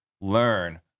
learn